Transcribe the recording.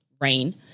rain